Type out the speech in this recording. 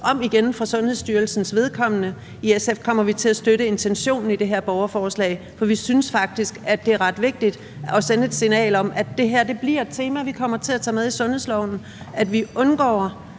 for Sundhedsstyrelsens vedkommende. I SF kommer vi til at støtte intentionen i det her borgerforslag, for vi synes faktisk, at det er ret vigtigt at sende et signal om, at det her bliver et tema, vi kommer til at tage med i sundhedsloven, altså at vi undgår